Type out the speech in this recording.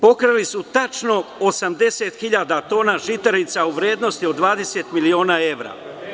Pokrali su tačno 80.000 tona žitarica u vrednosti od 20 miliona evra.